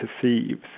perceives